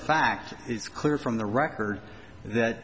fact it's clear from the record that